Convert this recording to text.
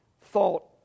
thought